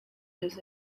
his